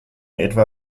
etwa